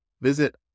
Visit